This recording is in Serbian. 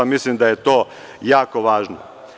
Mislim da je to jako važno.